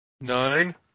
Nine